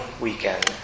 weekend